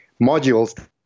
modules